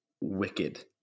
wicked